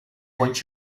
quench